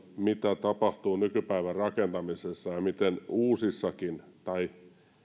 mitä tapahtuu nykypäivän rakentamisessa ja miten uusissakin tai